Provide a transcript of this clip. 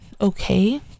okay